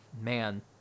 man